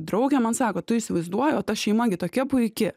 draugė man sako tu įsivaizduoji o ta šeima gi tokia puiki